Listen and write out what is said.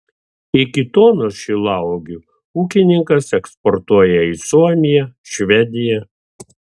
iki tonos šilauogių ūkininkas eksportuoja į suomiją švediją